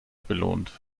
belohnt